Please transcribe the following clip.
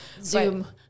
Zoom